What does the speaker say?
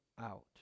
out